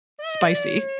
Spicy